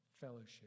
fellowship